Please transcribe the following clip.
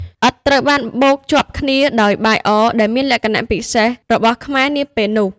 ឥដ្ឋត្រូវបានបូកជាប់គ្នាដោយបាយអរ ដែលមានលក្ខណៈពិសេសរបស់ខ្មែរនាពេលនោះ។